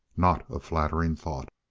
not a flattering thought.